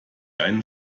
einen